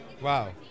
Wow